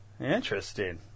Interesting